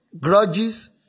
grudges